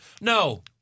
No